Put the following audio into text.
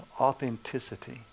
authenticity